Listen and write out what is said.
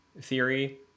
theory